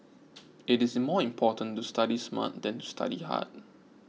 it is more important to study smart than to study hard